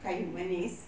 kayu manis